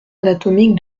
anatomique